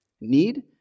need